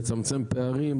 לצמצם פערים,